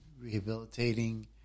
rehabilitating